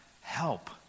help